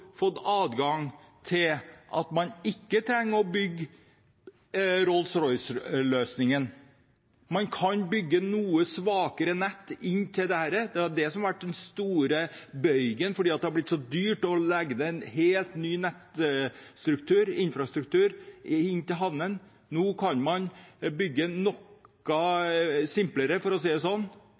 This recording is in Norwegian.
fått adgang til at man ikke trenger å bygge Rolls Royce-løsningen. Man kan bygge noe svakere nett. Det er det som har vært den store bøygen, for det har vært så dyrt å legge en helt ny nettstruktur, infrastruktur, inn til havnene. Nå kan man bygge noe simplere, for å si det sånn,